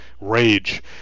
rage